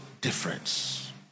difference